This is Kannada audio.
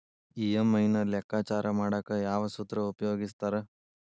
ಇ.ಎಂ.ಐ ನ ಲೆಕ್ಕಾಚಾರ ಮಾಡಕ ಯಾವ್ ಸೂತ್ರ ಉಪಯೋಗಿಸ್ತಾರ